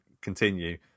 continue